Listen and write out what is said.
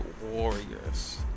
Warriors